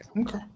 Okay